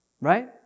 Right